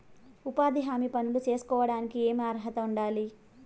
ఉపాధి హామీ పనులు సేసుకోవడానికి ఏమి అర్హత ఉండాలి?